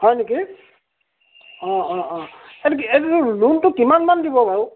হয় নেকি অঁ অঁ এইটো কি এইটো লোনটো কিমানমান দিব বাৰু